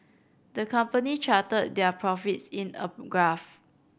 the company charted their profits in a graph